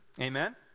Amen